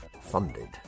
funded